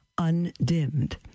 undimmed